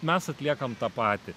mes atliekam tą patį